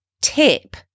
tip